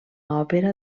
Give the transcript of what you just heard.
òpera